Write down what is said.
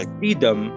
freedom